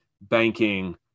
banking